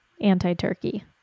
anti-turkey